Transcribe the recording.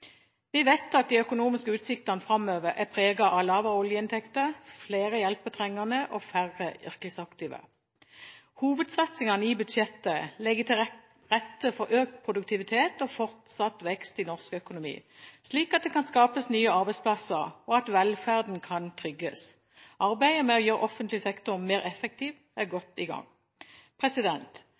Vi vet at de økonomiske utsiktene framover er preget av lavere oljeinntekter, flere hjelpetrengende og færre yrkesaktive. Hovedsatsingene i budsjettet legger til rette for økt produktivitet og fortsatt vekst i norsk økonomi, slik at det kan skapes nye arbeidsplasser og at velferden kan trygges. Arbeidet med å gjøre offentlig sektor mer effektiv er godt i